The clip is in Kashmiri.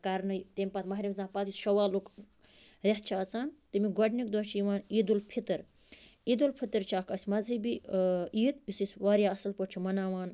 کرنہٕ تٔمۍ پتہٕ ماہِ رمضان پتہٕ شوالُک رٮ۪تھ چھِ اژان تٔمیُک گۄڈٕنیک دۄہ چھِ یِوان عیٖدُالفطر عیٖدُالفطر چھِ اَسہِ اَکھ مزہبی عیٖد یُس أسۍ واریاہ اَصٕل پٲٹھۍ چھِ مناوان